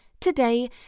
today